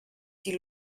die